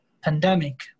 pandemic